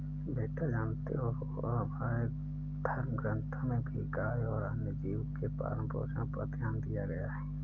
बेटा जानते हो हमारे धर्म ग्रंथों में भी गाय और अन्य जीव के पालन पोषण पर ध्यान दिया गया है